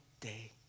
day